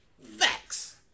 Facts